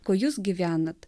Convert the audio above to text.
ko jūs gyvenate